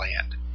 land